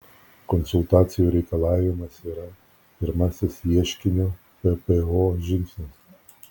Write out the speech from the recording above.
konsultacijų reikalavimas yra pirmasis ieškinio ppo žingsnis